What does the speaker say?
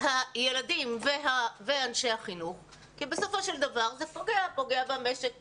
הילדים ואנשי החינוך כי בסופו של דבר זה פוגע במשק,